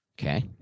Okay